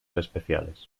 especiales